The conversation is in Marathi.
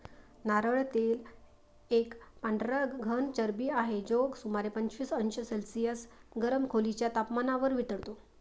नारळ तेल एक पांढरा घन चरबी आहे, जो सुमारे पंचवीस अंश सेल्सिअस गरम खोलीच्या तपमानावर वितळतो